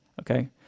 Okay